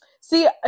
See